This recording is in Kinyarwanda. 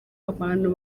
abantu